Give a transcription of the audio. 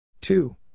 Two